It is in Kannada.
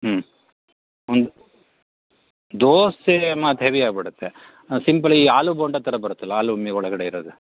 ಹ್ಞೂ ಒಂದು ದೋಸೆ ಮತ್ತೆ ಹೆವಿ ಆಗಿಬಿಡುತ್ತೆ ಸಿಂಪಲ್ ಈ ಆಲು ಬೋಂಡ ಥರ ಬರುತ್ತಲ್ಲ ಆಲು ಒಳಗಡೆ ಇರೋದು